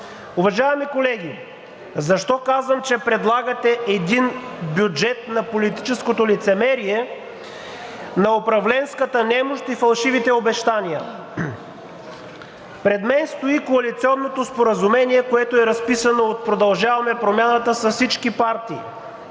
Уважаеми колеги, защо казвам, че предлагате един бюджет на политическото лицемерие на управленската немощ и фалшивите обещания? Пред мен стои Коалиционното споразумение, което е разписано от „Продължаваме Промяната“ с всички партии.